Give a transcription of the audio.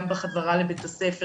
גם בחזרה לבית הספר,